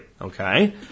Okay